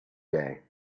day